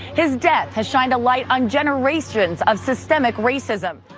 his death has shined a light on generations of systemic racism.